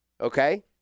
Okay